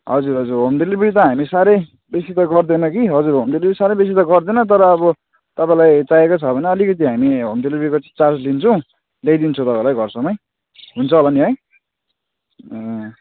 हजुर हजुर home delivery त हामी साह्रै बेसी त गर्दैन कि हजुर होम डेलिभरी सारै बेसी त गर्दैन तर अब तपाईँलाई चाहिएको छ भने अलिकति हामी होम डेलिभेरीको चार्ज लिन्छौँ ल्याइदिन्छु तपाईँलाई घरसम्मै हुन्छ होला नि है ए